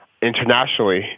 internationally